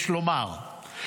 יש לומר,